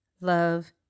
love